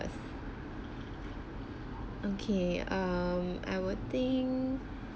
okay um I would think